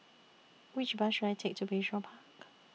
Which Bus should I Take to Bayshore Park